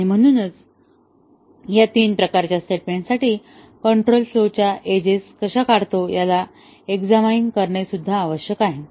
आणि म्हणूनच आपण या तीन प्रकारच्या स्टेटमेंटसाठी कंट्रोल फ्लोच्या एजेस कशा काढतो याला एक्झामिन करणे आवश्यक आहे